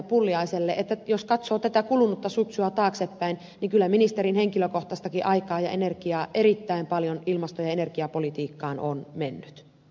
pulliaiselle että jos katsoo tätä kulunutta syntyä taaksepäin niin kyllä ministerin henkilökohtaistakin aikaa ja energiaa erittäin paljon ilmasto ja energiapolitiikkaan on mennyt